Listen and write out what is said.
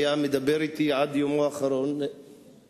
והיה מדבר אתי, עד יומו האחרון כשאושפז